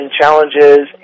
challenges